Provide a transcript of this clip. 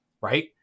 Right